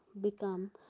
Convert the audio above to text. become